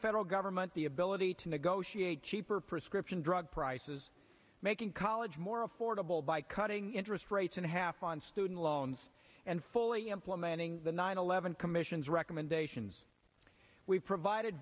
federal government the ability to negotiate cheaper prescription drug prices making college more affordable by cutting interest rates in half on student loans and fully implementing the nine eleven commission's recommendations we provided